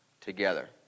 together